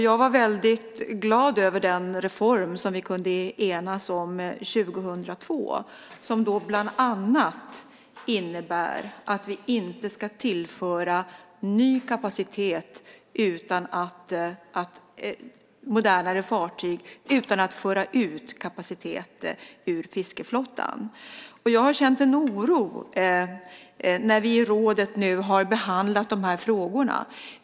Jag var väldigt glad över den reform som vi kunde enas om 2002 och som bland annat innebär att vi inte ska tillföra modernare fartyg utan att föra ut kapacitet ur fiskeflottan. Jag har känt en oro när vi i rådet nu har behandlat dessa frågor.